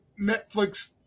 netflix